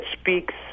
speaks